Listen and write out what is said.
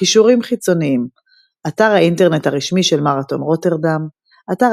קישורים חיצוניים אתר האינטרנט הרשמי של מרתון רוטרדם אתר